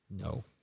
No